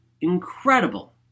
incredible